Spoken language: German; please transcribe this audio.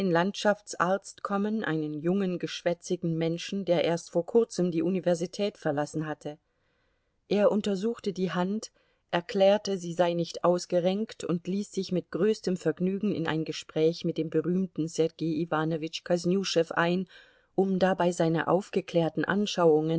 landschaftsarzt kommen einen jungen geschwätzigen menschen der erst vor kurzem die universität verlassen hatte er untersuchte die hand erklärte sie sei nicht ausgerenkt und ließ sich mit größtem vergnügen in ein gespräch mit dem berühmten sergei iwanowitsch kosnüschew ein um dabei seine aufgeklärten anschauungen